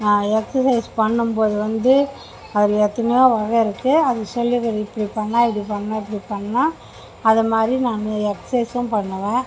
நான் எக்சசைஸ் பண்ணும்போது வந்து அதில் எத்தனையோ வகை இருக்கு அது சொல்லி இப்படி பண்ணா இப்படி பண்ணும் இப்படி பண்ணா அது மாதிரி நான் எக்சசைஸ்ஸும் பண்ணுவேன்